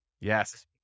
Yes